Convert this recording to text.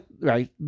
right